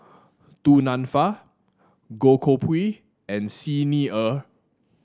Du Nanfa Goh Koh Pui and Xi Ni Er